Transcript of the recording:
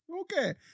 Okay